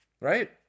right